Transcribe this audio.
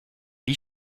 wie